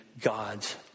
God's